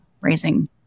raising